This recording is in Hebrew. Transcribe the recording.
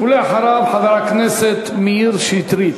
ואחריו, חבר הכנסת מאיר שטרית.